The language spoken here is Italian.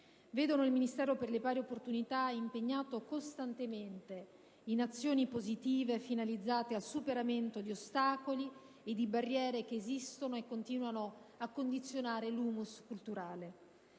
vedono il Ministero per le pari opportunità impegnato costantemente in azioni positive finalizzate al superamento di ostacoli e di barriere che esistono e continuano a condizionare l'*humus* culturale.